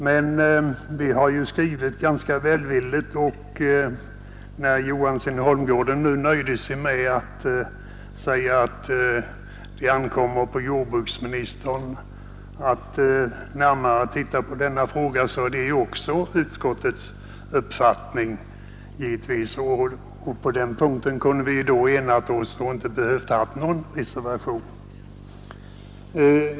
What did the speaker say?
Utskottet har skrivit ganska välvilligt, och när herr Johansson i Holmgården nöjde sig med att säga att det ankommer på jordbruksministern att närmare titta på denna fråga, kan jag bara konstatera att detta också är utskottets uppfattning. På den punkten borde vi kunnat ena oss och inte behövt någon reservation.